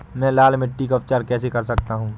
मैं लाल मिट्टी का उपचार कैसे कर सकता हूँ?